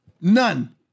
None